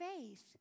faith